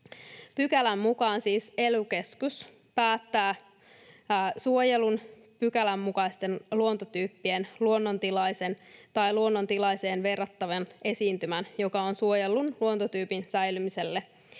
Pykälän mukaan siis ely-keskus päättää suojelun pykälänmukaisten luontotyyppien luonnontilaisen tai luonnontilaiseen verrattavan esiintymän, joka on suojellun luontotyypin säilymiselle